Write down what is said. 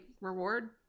reward